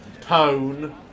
Tone